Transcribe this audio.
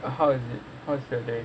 err how is it how is your day